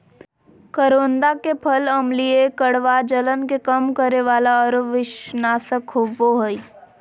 करोंदा के फल अम्लीय, कड़वा, जलन के कम करे वाला आरो विषनाशक होबा हइ